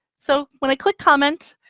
so when i click comment,